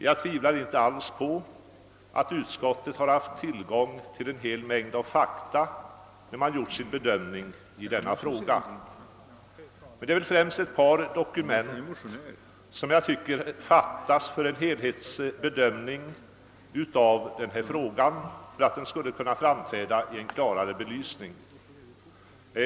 Jag tvivlar inte alls på att utskottet har haft tillgång till en hel mängd fakta när det har gjort sin bedömning i denna fråga. Men det är dock främst ett par dokument som jag anser fattas för en helhetsbedömning av frågan och för att den skall kunna framträda i en klarare belysning.